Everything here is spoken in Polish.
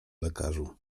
lekarzu